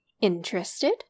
Interested